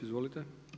Izvolite.